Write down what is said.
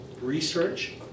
research